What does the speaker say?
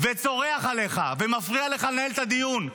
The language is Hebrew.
וצורח עליך ומפריע לך לנהל את הדיון,